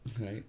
Right